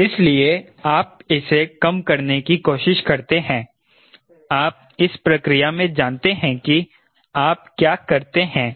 इसलिए आप इसे कम करने की कोशिश करते हैं आप इस प्रक्रिया में जानते हैं कि आप क्या करते हैं